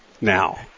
now